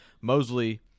Mosley